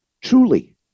truly